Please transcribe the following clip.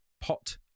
pot